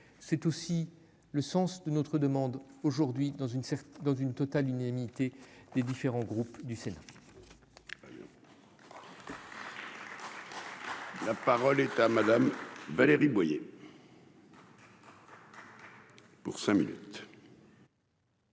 c'est aussi le sens de notre demande aujourd'hui dans une dans une totale unanimité des différents groupes du Sénat. La parole est à Madame Valérie Boyer. Pour cinq minutes.